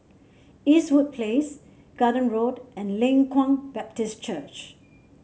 Eastwood Place Garden Road and Leng Kwang Baptist Church